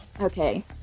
Okay